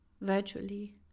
virtually